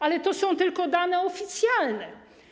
A to są tylko dane oficjalne.